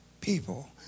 people